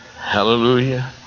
Hallelujah